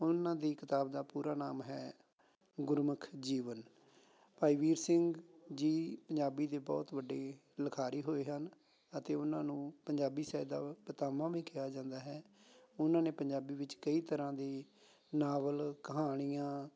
ਉਹਨਾਂ ਦੀ ਕਿਤਾਬ ਦਾ ਪੂਰਾ ਨਾਮ ਹੈ ਗੁਰਮੁੱਖ ਜੀਵਨ ਭਾਈ ਵੀਰ ਸਿੰਘ ਜੀ ਪੰਜਾਬੀ ਦੇ ਬਹੁਤ ਵੱਡੇ ਲਿਖਾਰੀ ਹੋਏ ਹਨ ਅਤੇ ਉਹਨਾਂ ਨੂੰ ਪੰਜਾਬੀ ਸਾਹਿਤ ਦਾ ਪਿਤਾਮਾ ਵੀ ਕਿਹਾ ਜਾਂਦਾ ਹੈ ਉਹਨਾਂ ਨੇ ਪੰਜਾਬੀ ਵਿੱਚ ਕਈ ਤਰ੍ਹਾਂ ਦੇ ਨਾਵਲ ਕਹਾਣੀਆਂ